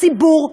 הציבור מבוהל,